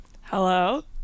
Hello